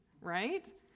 right